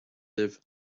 live